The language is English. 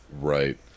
Right